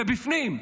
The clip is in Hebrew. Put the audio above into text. זה בפנים.